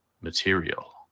material